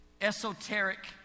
esoteric